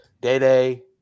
Day-Day